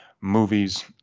movies